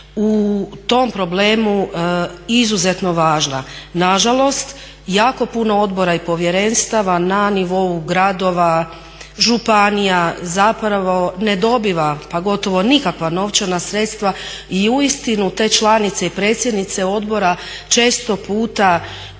u tom problemu izuzetno važna. Nažalost, jako puno odbora i povjerenstava na nivou gradova, županija zapravo ne dobiva pa gotovo nikakva novčana sredstva i uistinu te članice i predsjednice odbora često puta